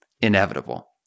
inevitable